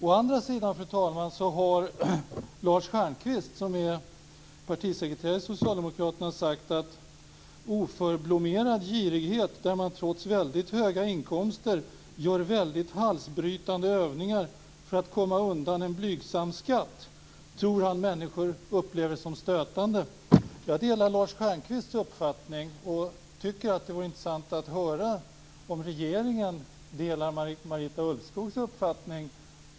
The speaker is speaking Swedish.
Å andra sidan, fru talman, har Lars Stjernkvist, som är partisekreterare i Socialdemokraterna, sagt att han tror att människor upplever det som stötande med oförblommerad girighet, där någon trots mycket höga inkomster gör väldigt halsbrytande övningar för att komma undan en blygsam skatt. Jag delar Lars Stjernkvists uppfattning, och jag tycker att det vore intressant att höra om regeringen delar Marita Ulvskogs uppfattning.